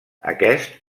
aquest